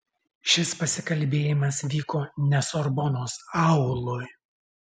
šis pasikalbėjimas vyko ne sorbonos auloj